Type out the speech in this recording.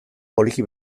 poliki